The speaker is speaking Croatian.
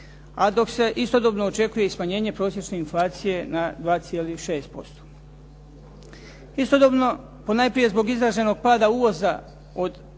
a dok se istodobno očekuje i smanjenje prosječne inflacije na 2,6%. Istodobno, ponajprije zbog izraženog pada uvoza od